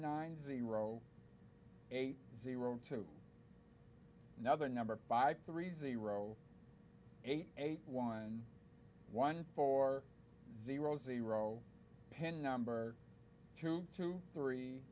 nine zero eight zero two another number five three zero eight eight one one four zero zero pin number two two three